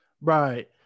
Right